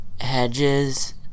hedges